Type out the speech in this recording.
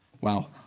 Wow